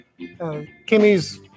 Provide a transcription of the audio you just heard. Kimmy's